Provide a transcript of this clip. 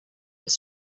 were